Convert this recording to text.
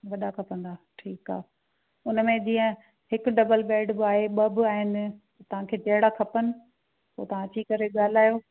वॾा खपंदा ठीकु आहे उनमें जीअं हिकु डबल बैड बि आहे ॿ बि आहिनि त तव्हांखे जहिड़ा खपनि हो तव्हां अची करे ॻाल्हायो